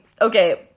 okay